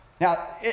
Now